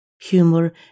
humor